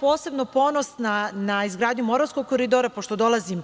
Posebno sam ponosna na izgradnju Moravskog koridora, pošto dolazim